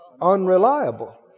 Unreliable